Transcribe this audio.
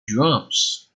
drums